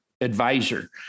advisor